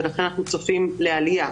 ולכן אנחנו צופים עלייה.